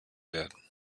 werden